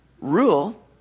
rule